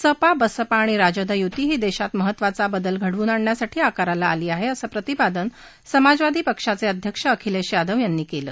सपा बसपा आणि राजद युती ही देशात महत्त्वाचा बदल घडवून आणण्यासाठी आकाराला आली आहे असं प्रतिपादन समाजवादी पक्षाचे अध्यक्ष अखिलेश यादव यांनी केलं